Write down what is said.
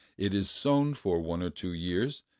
it is sown for one or two years,